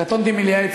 קטונתי מלייעץ